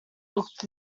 looked